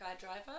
driver